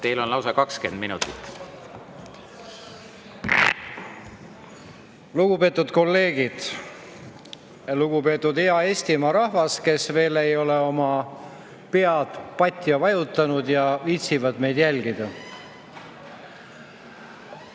Teil on lausa 20 minutit. Lugupeetud kolleegid! Lugupeetud hea Eestimaa rahvas, kes veel ei ole oma pead patja vajutanud ja viitsib meid jälgida!